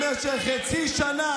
במשך חצי שנה,